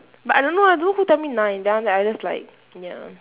but I don't know eh I don't know who tell me nine then I'm like I'm just like ya